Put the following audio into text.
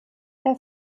herr